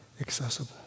accessible